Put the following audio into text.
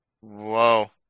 Whoa